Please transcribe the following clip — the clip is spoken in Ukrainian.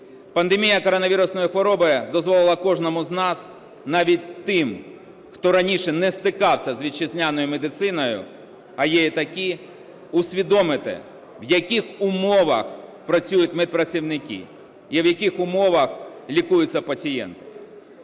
Пандемія коронавірусної хвороби дозволила кожному з нас, навіть тим, хто раніше не стикався з вітчизняною медициною, а є і такі, усвідомити, в яких умовах працюють медпрацівники і в яких умовах лікуються пацієнти.